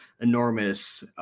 enormous